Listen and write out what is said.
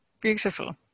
beautiful